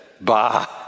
Bah